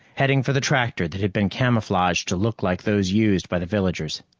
heading for the tractor that had been camouflaged to look like those used by the villagers.